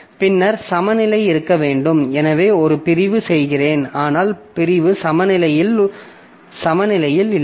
பின்னர் சமநிலை இருக்க வேண்டும் எனவே ஒரு பிரிவு செய்கிறேன் ஆனால் பிரிவு சமநிலையில் இல்லை